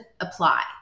apply